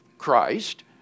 Christ